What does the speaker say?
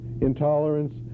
intolerance